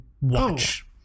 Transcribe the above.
watch